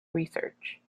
research